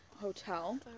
Hotel